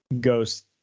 ghost